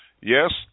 Yes